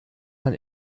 man